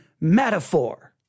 metaphor